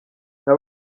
nka